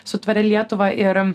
su tvaria lietuva ir